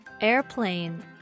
airplane